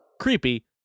Creepy